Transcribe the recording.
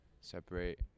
separate